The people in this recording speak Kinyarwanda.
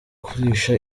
kurisha